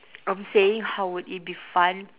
I'm saying how would it be fun